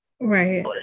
Right